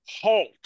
halt